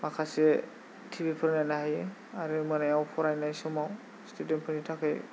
माखासे टिभिफोर नायनो हायो आरो मोनायाव फरायनाय समाव स्टुदेन्टफोरनि थाखाय